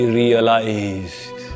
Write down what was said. realized